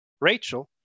Rachel